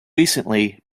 recently